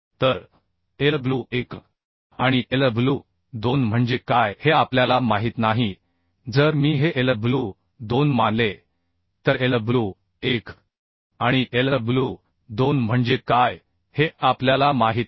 तर Lw 1 आणि Lw 2 म्हणजे काय हे आपल्याला माहित नाही जर मी हे Lw 2 मानले तर Lw 1 आणि Lw 2 म्हणजे काय हे आपल्याला माहित नाही